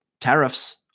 tariffs